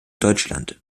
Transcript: deutschland